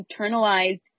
internalized